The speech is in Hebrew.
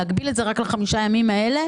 להגביל את זה רק לחמישה הימים האלה,